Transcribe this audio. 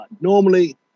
normally